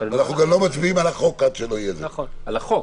אנחנו גם לא מצביעים על החוק עד שלא --- על החוק,